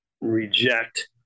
reject